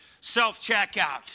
self-checkout